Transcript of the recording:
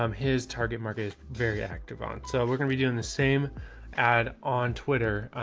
um his target market is very active on, so we're going to be doing the same ad on twitter,